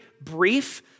brief